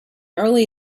early